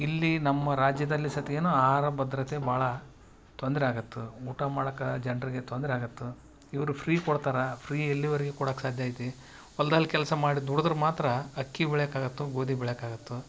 ಇಲ್ಲಿ ನಮ್ಮ ರಾಜ್ಯದಲ್ಲಿ ಸತ್ಗೆನು ಆಹಾರ ಭದ್ರತೆ ಭಾಳ ತೊಂದರೆ ಆಗತ್ತು ಊಟ ಮಾಡಾಕ ಜನರಿಗೆ ತೊಂದರೆ ಆಗತ್ತು ಇವರು ಫ್ರೀ ಕೊಡ್ತಾರ ಫ್ರೀ ಎಲ್ಲಿವರೆಗೆ ಕೊಡಾಕೆ ಸಾದ್ಯೈತಿ ಹೊಲ್ದಲ್ಲಿ ಕೆಲಸ ಮಾಡಿ ದುಡದರೆ ಮಾತ್ರ ಅಕ್ಕಿ ಬೆಳ್ಯಾಕ್ಕಾಗತ್ತು ಗೋದಿ ಬೆಳ್ಯಾಕ್ಕಾಗತ್ತು